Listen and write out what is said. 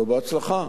לא בהצלחה,